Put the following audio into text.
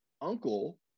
uncle